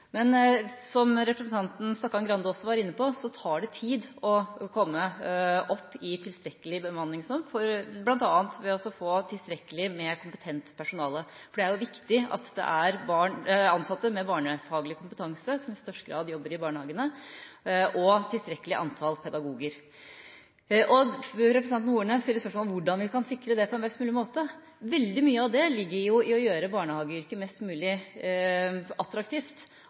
men dessverre ikke fullt ut. Men som representanten Stokkan-Grande også var inne på, tar det tid å komme opp i nok bemanning med tilstrekkelig kompetent personale. For det er viktig at det er ansatte med barnefaglig kompetanse som i størst grad jobber i barnehagene, og tilstrekkelig antall pedagoger. Representanten Horne stiller spørsmål om hvordan vi kan sikre dette på en best mulig måte. Veldig mye av svaret ligger i å gjøre barnehageyrket mest mulig attraktivt,